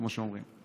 כמו שאומרים.